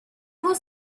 was